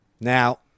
Now